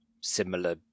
similar